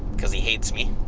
because he hates me.